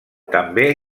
també